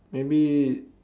maybe